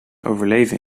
overleven